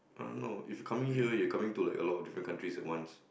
I don't know if coming here you're coming to like a lot of different countries at once